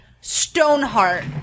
Stoneheart